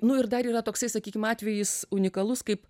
nu ir dar yra toksai sakykime atvejis unikalus kaip